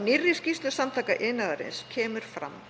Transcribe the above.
Í nýrri skýrslu Samtaka iðnaðarins kemur fram